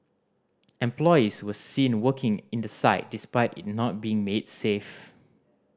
employees were seen working in the site despite it not being made safe